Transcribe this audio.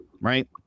right